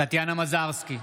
טטיאנה מזרסקי,